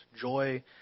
Joy